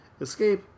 escape